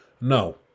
No